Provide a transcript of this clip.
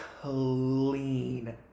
clean